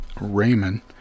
Raymond